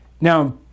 Now